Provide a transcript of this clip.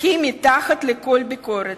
היא מתחת לכל ביקורת.